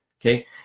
okay